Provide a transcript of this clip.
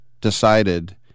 decided